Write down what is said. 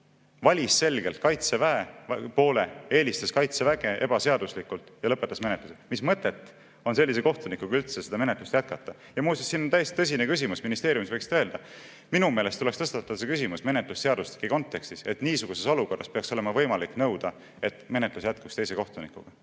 valis selgelt Kaitseväe poole, eelistas Kaitseväge ebaseaduslikult ja lõpetas menetluse. Mis mõtet on sellise kohtunikuga üldse seda menetlust jätkata? Ja muuseas, siin on täiesti tõsine küsimus, ministeeriumis võiksite öelda. Minu meelest tuleks tõstatada see küsimus menetlusseadustike kontekstis, et niisuguses olukorras peaks olema võimalik nõuda, et menetlus jätkuks teise kohtunikuga,